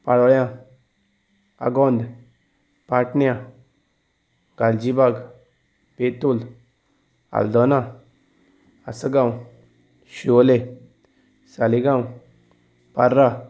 पाळोळ्या आगोंद पाटण्या गालजीबाग बेतूल आल्दोना आसगांव शिवोले सालगांव पार्रा